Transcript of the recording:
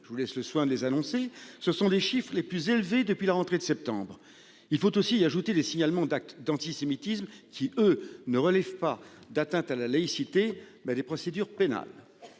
Je vous laisse le soin de les annoncer, ce sont des chiffres les plus élevés depuis la rentrée de septembre. Il faut aussi ajouter les signalements d'actes d'antisémitisme qui eux ne relève pas d'atteinte à la laïcité mais les procédures pénales.